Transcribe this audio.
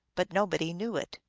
but nobody knew it.